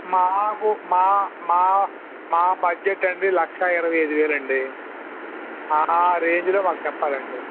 మాకు మా మా మా బడ్జెట్ అండి లక్ష ఇరవై అయిదు వేలు అండి ఆ రేంజ్లో మాకు చెప్పాలండి